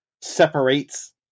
separates